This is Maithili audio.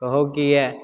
कहो किएक